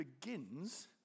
begins